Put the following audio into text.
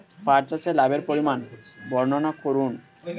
পাঠ চাষের লাভের পরিমান বর্ননা করুন?